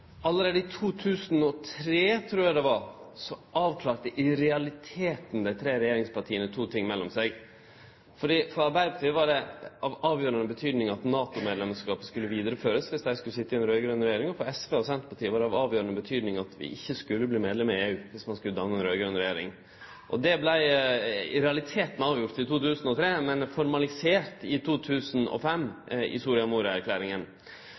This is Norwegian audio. Allereie i 2003, trur eg det var, avklarte i realiteten dei tre regjeringspartia to ting mellom seg. For Arbeidarpartiet var det av avgjerande betydning at NATO-medlemskapet skulle vidareførast dersom dei skulle sitje i ei raud-grøn regjering, og for SV og Senterpartiet var det av avgjerande betydning at vi ikkje skulle verte medlem av EU, dersom ein skulle danne ei raud-grøn regjering. Det vart i realiteten avgjort i 2003, men vart formalisert i 2005, i